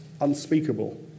unspeakable